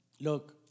look